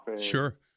Sure